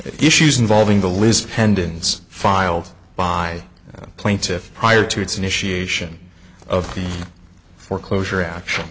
issues involving the lease pendants filed by plaintiffs prior to its initiation of foreclosure actual